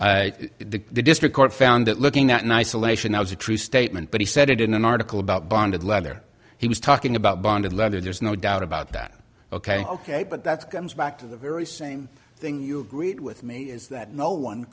leather the district court found that looking at an isolation i was a true statement but he said it in an article about bonded leather he was talking about bonded leather there's no doubt about that ok ok but that's comes back to the very same thing you agreed with me that no one